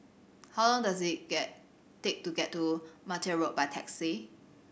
how long does it get take to get to Martia Road by taxi